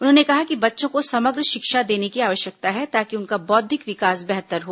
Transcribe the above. उन्होंने कहा कि बच्चों को समग्र शिक्षा देने की आवश्यकता है ताकि उनका बौद्विक विकास बेहतर हो